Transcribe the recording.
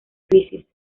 crisis